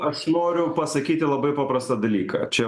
aš noriu pasakyti labai paprastą dalyką čia